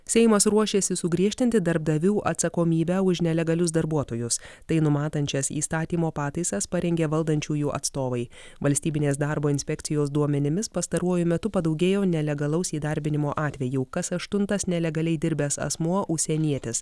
seimas ruošiasi sugriežtinti darbdavių atsakomybę už nelegalius darbuotojus tai numatančias įstatymo pataisas parengė valdančiųjų atstovai valstybinės darbo inspekcijos duomenimis pastaruoju metu padaugėjo nelegalaus įdarbinimo atvejų kas aštuntas nelegaliai dirbęs asmuo užsienietis